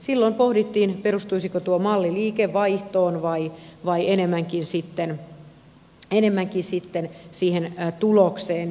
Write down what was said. silloin pohdittiin perustuisiko tuo malli liikevaihtoon vai enemmänkin sitten siihen tulokseen